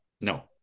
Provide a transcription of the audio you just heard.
No